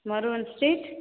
Maruvan street